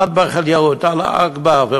אטבח אל-יהוד, אללהו אכבר.